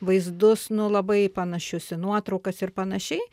vaizdus nu labai panašius į nuotraukas ir panašiai